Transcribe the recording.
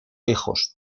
hijos